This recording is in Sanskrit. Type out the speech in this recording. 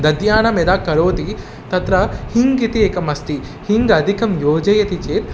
दध्यानं यदा करोति तत्र हिन्ग् इति एकम् अस्ति हिन्ग् अधिकं योजयति चेत्